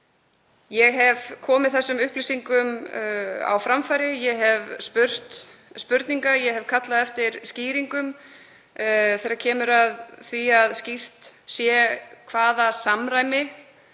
Ég hef komið þessum upplýsingum á framfæri. Ég hef spurt spurninga. Ég hef kallað eftir skýringum þegar kemur að því að skýrt sé hvort samræmi